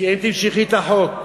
אם תמשכי את החוק.